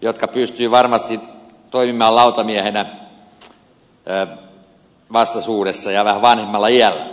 jotka pystyvät varmasti toimimaan lautamiehinä vastaisuudessa ja vähän vanhemmalla iällä